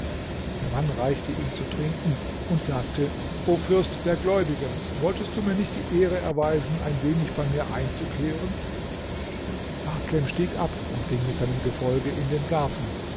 der mann reichte ihm zu trinken und sagte o fürst der gläubigen wollest du mir nicht die ehre erweisen ein wenig bei mir einzukehren hakem stieg ab und ging mit seinem gefolge in den garten